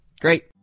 Great